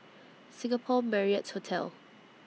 Singapore Marriott Hotel